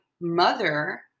mother